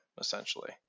essentially